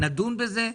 נדון בזה,